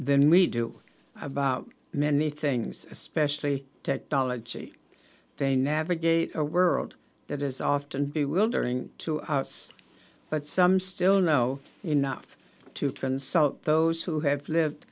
than we do about many things especially technology they navigate a world that is often bewildering to us but some still know enough to consult those who have lived